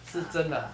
ah ah